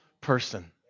person